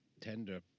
tender